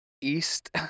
east